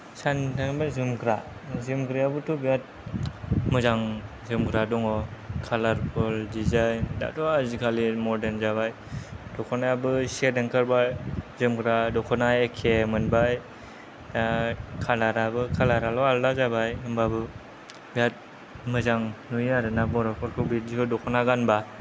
सानि थाखाय बा जोमग्रा जोमग्रायाबोथ' बिराद मोजां जोमग्रा दङ कालार फुल दिजायन दाथ' आजिखालि मदार्न जाबाय दख'नायाबो सेत ओंखारबाय जोमग्रा दख'ना एखे मोनबाय कालार आबो कालार आल' आलादा जाबाय होम्बाबो बिराद मोजां नुयो आरोना बर'फोरखौ बिदिबो दख'ना गानबा